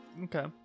okay